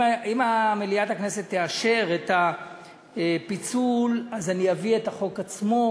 אם מליאת הכנסת תאשר את הפיצול אני אביא את החוק עצמו,